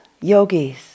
yogis